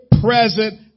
present